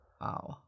Wow